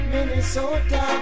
Minnesota